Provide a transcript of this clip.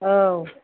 औ